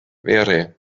vere